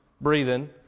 breathing